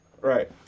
Right